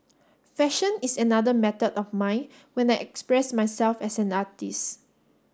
fashion is another method of mine when I express myself as an artist